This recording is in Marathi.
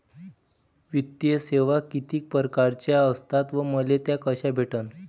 वित्तीय सेवा कितीक परकारच्या असतात व मले त्या कशा भेटन?